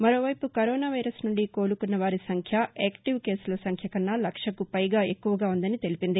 మరోవైపు corona virus నుండి కోలుకున్న వారి సంఖ్య యాక్టివ్ కేసుల సంఖ్య కన్నా లక్షకుపైగా ఎక్కువగా ఉందని తెలిపింది